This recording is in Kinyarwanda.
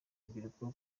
urubyiruko